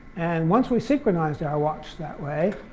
and once we synchronized our watch that way,